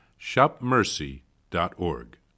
shopmercy.org